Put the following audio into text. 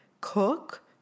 cook